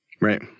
Right